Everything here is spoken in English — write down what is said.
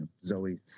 Zoe